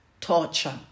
torture